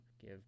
give